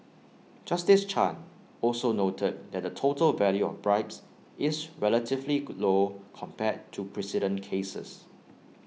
justice chan also noted that the total value of bribes is relatively glow compared to precedent cases